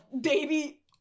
Baby